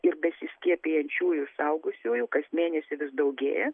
ir besiskiepijančiųjų suaugusiųjų kas mėnesį vis daugėja